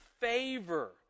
favor